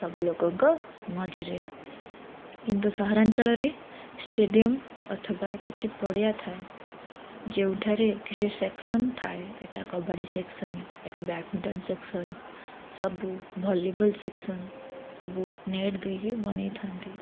ସବୁ ଲୋକଙ୍କ ମଝିରେ କିନ୍ତୁ ସହରାଞ୍ଚଳରେ ଷ୍ଟେଡ଼ିୟମ୍ ଅଥବା କିଛି ପଡ଼ିଆ ଥାଏ ଯେଉଁଠାରେ କିଛି ସେକ୍ସନ୍ ଥାଏ ଏଟା କବାଡ଼ି ସେକ୍ସନ୍ ଏଟା ବ୍ୟାଡ଼ମିଣ୍ଟନ ସେକ୍ସନ୍ ସବୁ ଭଲିବଲ୍ ସେକ୍ସନ୍ ସବୁ ନେଟ୍ ଦେଇକି ବନେଇଥାନ୍ତି